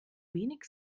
wenig